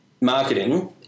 marketing